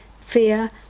fear